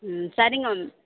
ம் சரிங்க